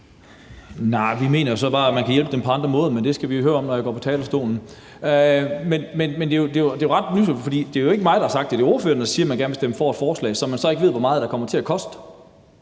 så bare, at man kan hjælpe dem på andre måder, men det skal vi høre om, når jeg går på talerstolen. Men det er jo ikke mig, der har sagt det. Det er ordføreren, der siger, at man gerne vil stemme for et forslag, som man så ikke ved hvor meget kommer til at koste.